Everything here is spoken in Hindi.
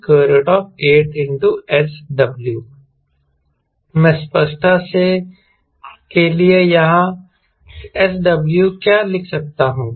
इसलिए b8SW मैं स्पष्टता के लिए यहां SW क्या लिख सकता हूं